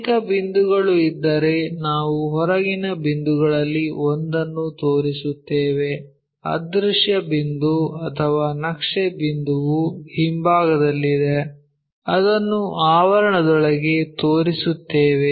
ಅನೇಕ ಬಿಂದುಗಳು ಇದ್ದರೆ ನಾವು ಹೊರಗಿನ ಬಿಂದುಗಳಲ್ಲಿ ಒಂದನ್ನು ತೋರಿಸುತ್ತೇವೆ ಅದೃಶ್ಯ ಬಿಂದು ಅಥವಾ ನಕ್ಷೆ ಬಿಂದುವು ಹಿಂಭಾಗದಲ್ಲಿದೆ ಅದನ್ನು ಆವರಣದೊಳಗೆ ತೋರಿಸುತ್ತೇವೆ